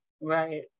right